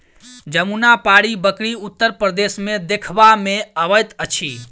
जमुनापारी बकरी उत्तर प्रदेश मे देखबा मे अबैत अछि